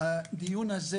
דבר שלישי,